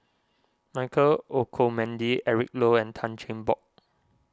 Michael Olcomendy Eric Low and Tan Cheng Bock